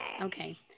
Okay